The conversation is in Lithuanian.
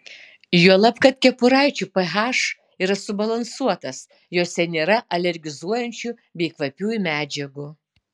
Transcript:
juolab kad kepuraičių ph yra subalansuotas jose nėra alergizuojančių bei kvapiųjų medžiagų